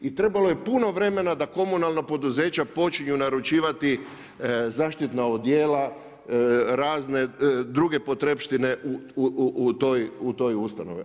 I trebalo je puno vremena da komunalna poduzeća počinju naručivati zaštitna odijela, razne druge potrepštine u toj ustanovi.